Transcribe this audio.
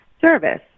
service